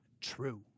true